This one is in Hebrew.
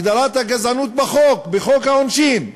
הגדרת הגזענות בחוק העונשין,